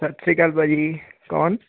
ਸਤਿ ਸ਼੍ਰੀ ਅਕਾਲ ਭਾਅ ਜੀ ਕੌਣ